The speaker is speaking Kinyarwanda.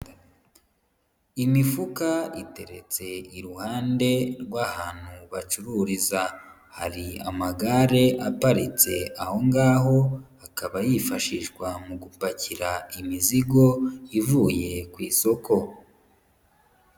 Imifuka iteretse iruhande rw'ahantu bacururiza, hari amagare aparitse aho ngaho, akaba yifashishwa mu gupakira imizigo, ivuye ku isoko.